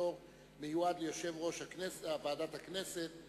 המיועד ליושב-ראש ועדת הכנסת.